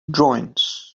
drawings